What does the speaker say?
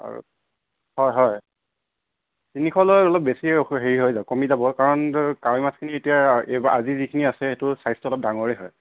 আৰু হয় হয় তিনিশ লৈ অলপ বেছি হেৰি হৈ যায় কমি যাব কাৰণ কাৱৈ মাছ খিনি এতিয়া এইবাৰ আজি যিখিনি আছে এইটো চাইজটো অলপ ডাঙৰেই হয়